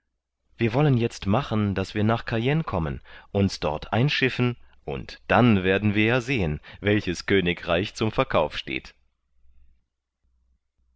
wir wollen jetzt machen daß wir nach cayenne kommen uns dort einschiffen und dann werden wir ja sehen welches königreich zum verkauf steht